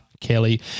Kelly